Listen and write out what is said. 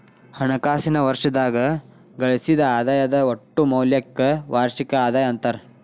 ಹಣಕಾಸಿನ್ ವರ್ಷದಾಗ ಗಳಿಸಿದ್ ಆದಾಯದ್ ಒಟ್ಟ ಮೌಲ್ಯಕ್ಕ ವಾರ್ಷಿಕ ಆದಾಯ ಅಂತಾರ